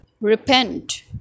repent